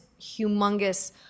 humongous